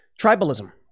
Tribalism